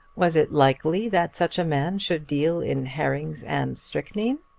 was it likely that such a man should deal in herrings and strychnine?